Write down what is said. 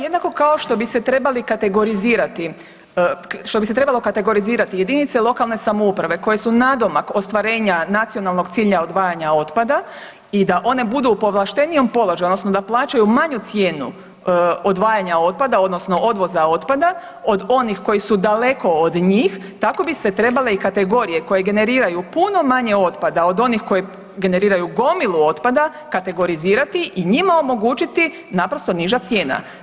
Jednako kao što bi se trebali kategorizirati, što bi se trebalo kategorizirati, jedinice lokalne samouprave koje su nadomak ostvarenja nacionalnog cilja odvajanja otpada i da one budu u povlaštenijem položaju, odnosno da plaćaju manju cijenu odvajanja otpada, odnosno odvoza otpada od onih koji su daleko od njih, tako bi se trebale i kategorije koje generiraju puno manje otpada od onih koje generiraju gomilu otpada, kategorizirati i njima omogućiti, naprosto niža cijena.